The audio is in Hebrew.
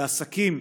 לעסקים,